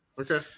Okay